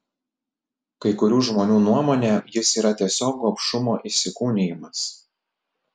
kai kurių žmonių nuomone jis yra tiesiog gobšumo įsikūnijimas